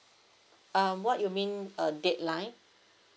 um what you mean a deadline